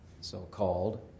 so-called